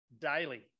daily